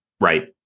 Right